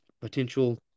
potential